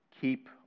keep